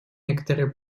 некоторое